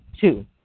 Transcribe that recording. Two